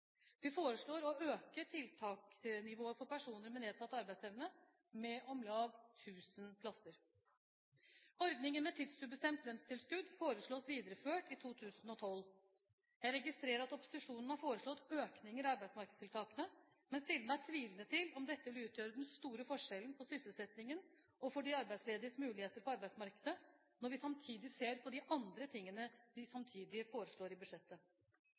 Vi foreslår å øke tiltaksnivået for personer med nedsatt arbeidsevne med om lag 1 000 plasser. Ordningen med tidsubestemt lønnstilskudd foreslås videreført i 2012. Jeg registrerer at opposisjonen har foreslått økninger i arbeidsmarkedstiltakene, men stiller meg tvilende til om dette vil utgjøre den store forskjellen på sysselsettingen og for de arbeidslediges muligheter på arbeidsmarkedet, når vi samtidig ser på de andre tingene de foreslår i budsjettet.